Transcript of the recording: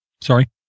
Sorry